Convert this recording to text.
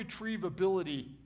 irretrievability